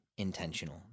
Intentional